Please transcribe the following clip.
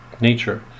nature